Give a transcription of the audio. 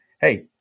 Hey